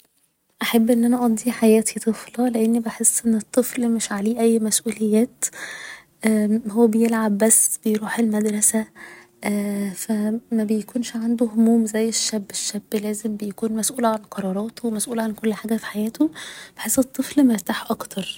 احب ان أنا اقضي حياتي طفلة لأني بحس ان الطفل مش عليه اي مسؤوليات هو بيلعب بس بيروح المدرسة ف مبيكونش عنده هموم زي الشاب الشاب لازم بيكون مسؤول عن قراراته مسؤول عن كل حاجة في حياته بحس الطفل مرتاح اكتر